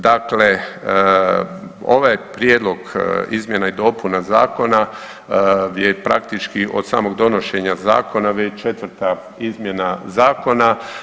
Dakle, ovaj prijedlog izmjena i dopuna zakona je praktički od samog donošenja zakona već 4. izmjena zakona.